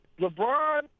LeBron